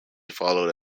followed